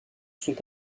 sont